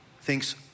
thinks